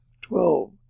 twelve